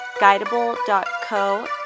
Guidable.co